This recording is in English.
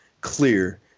clear